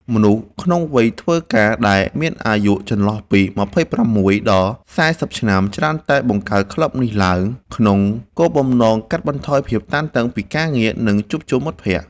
មនុស្សក្នុងវ័យធ្វើការ ដែលមានអាយុចន្លោះពី ២៦ ដល់ ៤០ ឆ្នាំ ច្រើនតែបង្កើតក្លឹបនេះឡើង ក្នុងគោលបំណងកាត់បន្ថយភាពតានតឹងពីការងារ និងជួបជុំមិត្តភក្តិ។